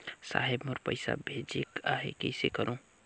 साहेब मोर पइसा भेजेक आहे, कइसे करो?